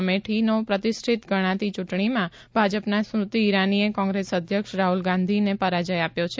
અમેઠીનો પ્રતિષ્ઠિત ગણાતી ચૂંટણીમાં ભાજપના સ્મૃતિ ઇરાનીએ કોંગ્રેસ અધ્યક્ષ રાહ્લ ગાંધીને પરાજય આપ્યો છે